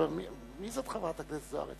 היה אומר: מי זאת חברת הכנסת זוארץ?